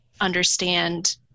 understand